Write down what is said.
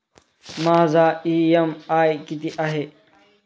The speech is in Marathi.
माझा इ.एम.आय किती आहे?